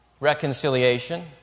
reconciliation